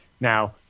Now